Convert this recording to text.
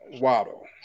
Waddle